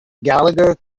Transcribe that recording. gallagher